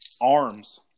arms